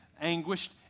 anguished